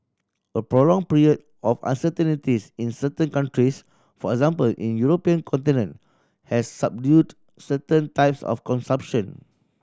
a prolonged period of uncertainties in certain countries for example in European continent has subdued certain types of consumption